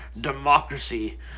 democracy